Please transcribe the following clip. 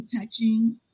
touching